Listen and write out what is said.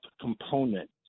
component